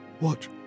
watch